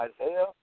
Isaiah